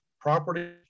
property